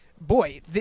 boy